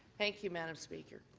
thank you, madam speaker.